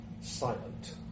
silent